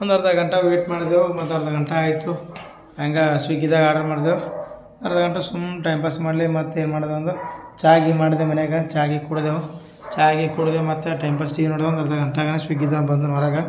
ಒಂದು ಅರ್ಧ ಗಂಟೆ ವೇಟ್ ಮಾಡಿದೆವು ಮತ್ತು ಅರ್ಧ ಗಂಟೆ ಆಯಿತು ಹ್ಯಾಂಗ ಸ್ವಿಗಿದಾಗೆ ಆರ್ಡರ್ ಮಾಡ್ದೇವು ಅರ್ಧ ಗಂಟೆ ಸುಮ್ ಟೈಂ ಪಾಸ್ ಮಾಡ್ಲೆ ಮತ್ತೇನು ಮಾಡೋದ ಅಂದ ಚಾ ಗಿ ಮಾಡಿದೆ ಮನೆಯಾಗ ಚಾ ಗಿ ಕುಡಿದೆವು ಚಾ ಗಿ ಕುಡ್ದು ಮತ್ತು ಟೈಂ ಪಾಸ್ ಟಿ ವಿ ನೋಡೋದ್ವು ಒಂದು ಅರ್ಧ ಗಂಟೆ ಸ್ವಿಗಿದಾಗೆ ಬಂದನು ಹೊರಗೆ